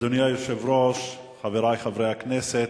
אדוני היושב-ראש, חברי חברי הכנסת,